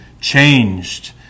changed